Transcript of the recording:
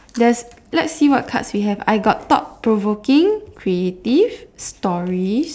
there's let's see what cards we have I got thought provoking creative stories